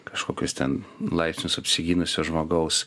kažkokius ten laipsnius apsigynusio žmogaus